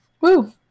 Woo